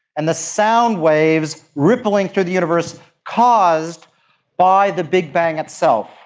and the sound waves rippling through the universe caused by the big bang itself,